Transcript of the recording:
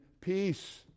peace